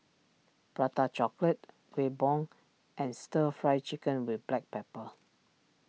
Prata Chocolate Kueh Bom and Stir Fried Chicken with Black Pepper